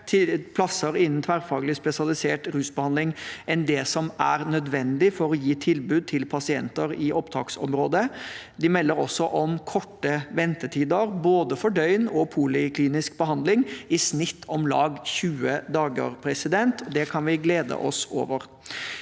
plasser innen tverrfaglig spesialisert rusbehandling enn det som er nødvendig for å gi tilbud til pasienter i opptaksområdet. De melder også om korte ventetider for både døgn- og poliklinisk behandling, i snitt om lag 20 dager. Det kan vi glede oss over.